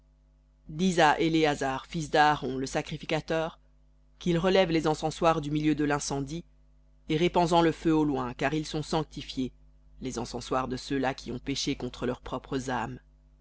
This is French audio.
dis à éléazar fils d'aaron le sacrificateur qu'il relève les encensoirs du milieu de l'incendie et répands en le feu au loin car ils sont sanctifiés les encensoirs de ceux-là qui ont péché contre leurs propres âmes